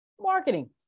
marketing